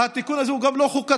שהתיקון הזה הוא גם לא חוקתי,